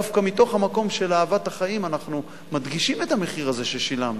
דווקא מתוך המקום של אהבת החיים אנחנו מדגישים את המחיר הזה ששילמנו.